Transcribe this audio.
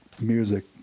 music